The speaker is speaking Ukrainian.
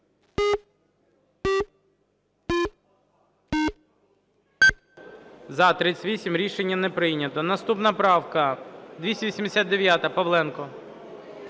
За-38 Рішення не прийнято. Наступна правка 289, Павленко.